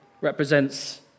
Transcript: represents